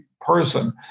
person